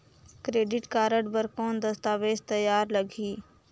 Credit card बर कौन दस्तावेज तैयार लगही?